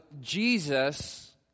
Jesus